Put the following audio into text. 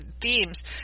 themes